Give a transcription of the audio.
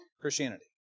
Christianity